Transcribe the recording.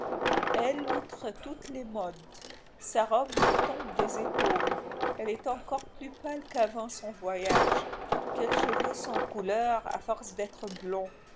elle outre toutes les modes sa robe lui tombe des épaules elle est encore plus pâle qu'avant son voyage quels cheveux sans couleur à force d'être blonds